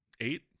eight